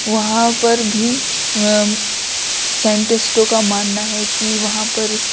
وہاں پر بھی سائنٹسٹوں کا ماننا ہے کہ وہاں پر